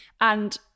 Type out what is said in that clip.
and-